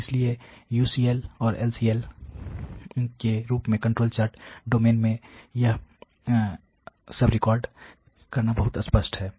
और इसलिए UCL और LCL के रूप में कंट्रोल चार्ट डोमेन में यह सब रिकॉर्ड करना बहुत स्पष्ट है